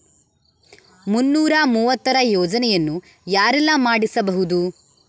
ಮುನ್ನೂರ ಮೂವತ್ತರ ಯೋಜನೆಯನ್ನು ಯಾರೆಲ್ಲ ಮಾಡಿಸಬಹುದು?